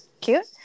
cute